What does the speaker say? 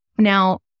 Now